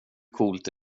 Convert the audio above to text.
coolt